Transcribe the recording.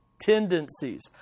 tendencies